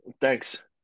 Thanks